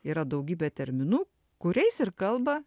yra daugybė terminų kuriais ir kalba